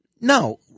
No